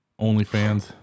OnlyFans